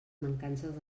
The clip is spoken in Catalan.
mancances